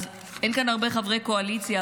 אין כאן הרבה חברי קואליציה,